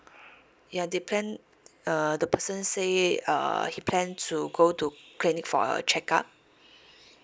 ya depend uh the person say uh he plan to go to clinic for a check up